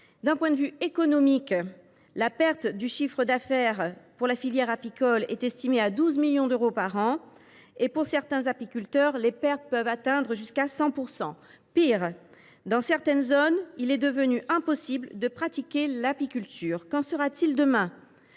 D’un point de vue économique, la perte du chiffre d’affaires pour la filière apicole est estimée à 12 millions d’euros par an – pour certains apiculteurs, les pertes peuvent atteindre jusqu’à 100 % de leur chiffre d’affaires. Pis, dans certaines zones, il est devenu impossible de pratiquer l’apiculture. Qu’en sera t il demain ?